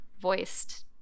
voiced